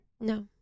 No